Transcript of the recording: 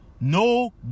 no